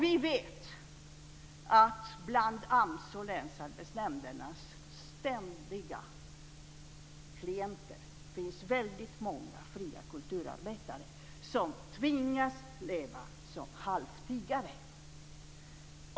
Vi vet att bland AMS och länsarbetsnämndernas ständiga klienter finns många fria kulturarbetare som tvingas leva halvt som tiggare.